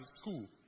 school